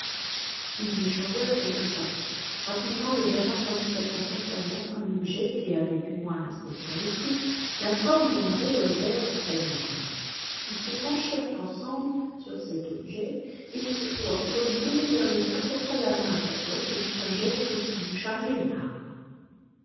ils échangèrent quelques paroles rapidement le gamin tendit à son compagnon un objet qui avait du moins l'inspecteur le crut la forme d'un revolver dans sa gaine ils se penchèrent ensemble sur cet objet et six fois l'homme tourné vers le mur porta la main à sa poche et fit un geste comme s'il eût chargé une arme